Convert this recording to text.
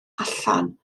allan